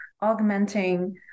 augmenting